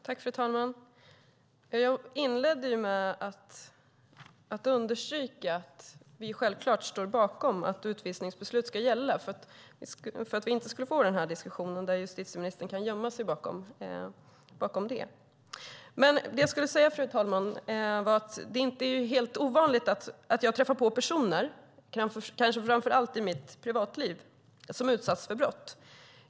Fru talman! Jag inledde med att understryka att vi självklart står bakom att utvisningsbeslut ska gälla, just för att vi inte skulle få den här diskussionen där justitieministern kan gömma sig bakom det. Det jag skulle säga, fru talman, var att det inte är helt ovanligt att jag träffar på personer, kanske främst i mitt privatliv, som utsatts för brott.